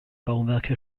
bauwerke